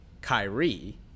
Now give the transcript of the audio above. Kyrie